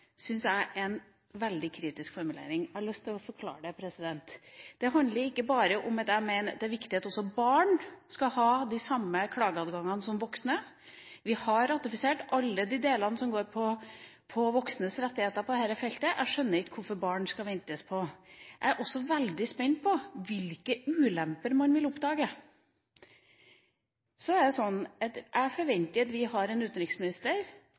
syns jeg er en veldig kritisk formulering. Det har jeg lyst til å forklare. Det handler ikke bare om at jeg mener det er viktig at også barn skal ha de samme klageadgangene som voksne. Vi har ratifisert alle de delene som går på voksnes rettigheter på dette feltet, og jeg skjønner ikke hvorfor man skal vente når det gjelder barna. Jeg er også veldig spent på hvilke ulemper man vil oppdage. Jeg forventer at vi har en utenriksminister